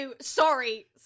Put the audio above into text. Sorry